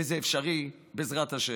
וזה אפשרי, בעזרת השם,